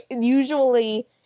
usually